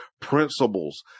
principles